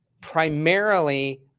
primarily